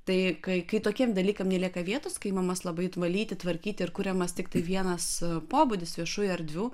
tai kai kai tokiem dalykam nelieka vietos kai imamas labai valyti tvarkyti ir kuriamas tiktai vienas pobūdis viešųjų erdvių